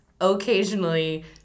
Occasionally